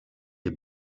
des